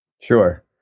Sure